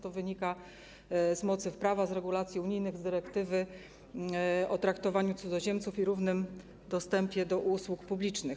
To wynika z mocy prawa, z regulacji unijnych, z dyrektywy o traktowaniu cudzoziemców i równym dostępie do usług publicznych.